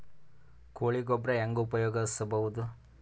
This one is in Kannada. ಕೊಳಿ ಗೊಬ್ಬರ ಹೆಂಗ್ ಉಪಯೋಗಸಬಹುದು?